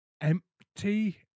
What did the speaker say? empty